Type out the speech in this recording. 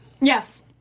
Yes